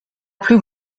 plus